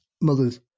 mother's